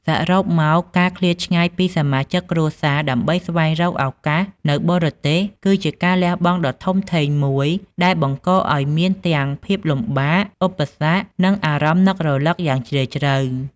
សរុបមក ការឃ្លាតឆ្ងាយពីសមាជិកគ្រួសារដើម្បីស្វែងរកឱកាសនៅបរទេស គឺជាការលះបង់ដ៏ធំធេងមួយ ដែលបង្កឲ្យមានទាំងភាពលំបាក ឧបសគ្គ និងអារម្មណ៍នឹករលឹកយ៉ាងជ្រាលជ្រៅ។